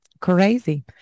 Crazy